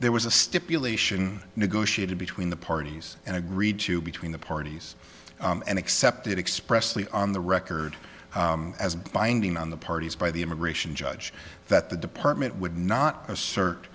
re was a stipulation negotiated between the parties and agreed to between the parties and accepted expressly on the record as binding on the parties by the immigration judge that the department would not assert